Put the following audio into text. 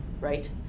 right